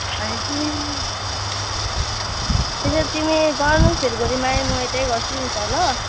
अनि तिमी त्यसो भए तिमी गर्नु सिलगढीमै म यतै गर्छु नि त ल